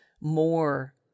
more